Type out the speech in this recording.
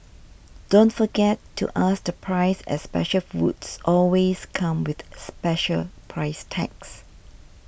don't forget to ask the price as special foods always come with special price tags